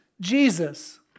Jesus